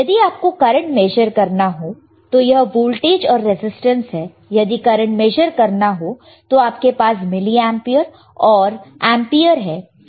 यदि आपको current measure करना हो तो यह वोल्टेज और रेजिस्टेंस है यदि करंट मेजर करना हो तो आपके पास मिली एंपियर और एंपियर है